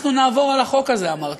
אנחנו נעבור על החוק הזה, אמרת.